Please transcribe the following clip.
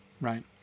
right